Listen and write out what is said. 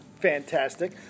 Fantastic